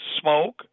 smoke